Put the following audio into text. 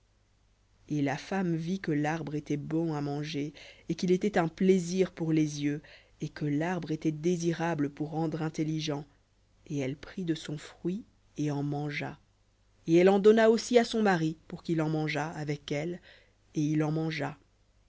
et la femme vit que l'arbre était bon à manger et qu'il était un plaisir pour les yeux et que l'arbre était désirable pour rendre intelligent et elle prit de son fruit et en mangea et elle en donna aussi à son mari pour qu'il en mangeât avec elle et il en mangea